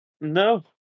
No